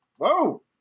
Whoa